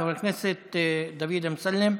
חבר הכנסת דוד אמסלם,